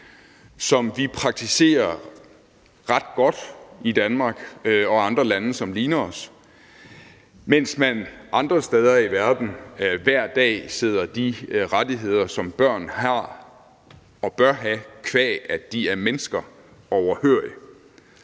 som vi praktiserer ret godt i Danmark og andre lande, som ligner os, mens man andre steder i verden hver dag sidder de rettigheder, som børn har og bør have, qua at de er mennesker, overhørig.